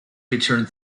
returned